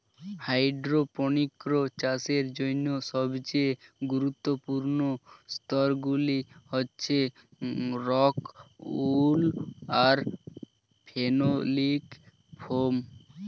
hydroponics চাষের জন্য সবচেয়ে গুরুত্বপূর্ণ স্তরগুলি হচ্ছে রক্ উল আর ফেনোলিক ফোম